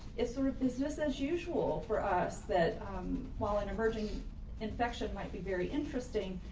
is sort of business as usual for us that while in emerging infection might be very interesting.